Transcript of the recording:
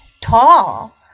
tall